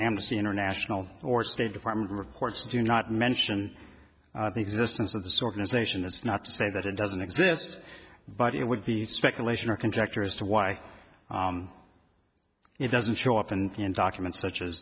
embassy international or state department reports do not mention the existence of this organization it's not to say that it doesn't exist but it would be speculation or conjecture as to why it doesn't show up and documents such as